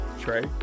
Trey